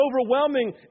overwhelming